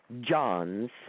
John's